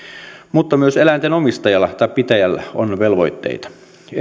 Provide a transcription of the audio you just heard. mutta myös eläinten omistajalla tai pitäjällä on velvoitteita